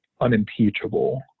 unimpeachable